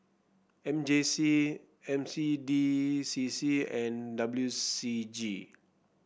M J C N C D C C and W C G